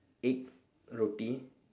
egg roti